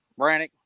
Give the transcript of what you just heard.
Brannick